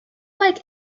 like